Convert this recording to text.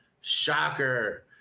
Shocker